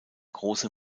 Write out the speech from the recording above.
große